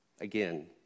Again